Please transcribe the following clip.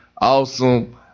awesome